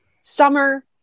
summer